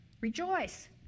Rejoice